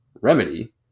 remedy